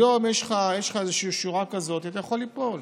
היום יש לך שורה כזאת ואתה יכול ליפול,